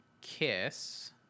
kiss